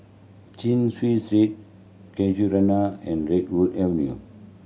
Chin Chew Street Casuarina and Redwood Avenue